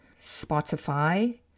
Spotify